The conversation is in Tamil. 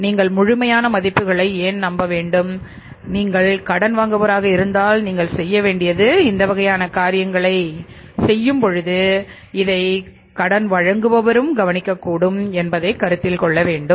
நீங்கள் முழுமையான மதிப்புகளை ஏன் நம்ப வேண்டும் நீங்கள் கடன் வாங்குபவராக இருந்தால் நீங்கள் செய்ய வேண்டியது இந்த வகையான காரியங்களைச் செய்யும் பொழுது இதை கடன் வழங்குபவரும் கவனிக்க கூடும் என்பதை கருத்தில் கொள்ள வேண்டும்